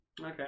Okay